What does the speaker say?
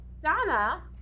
Donna